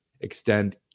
extend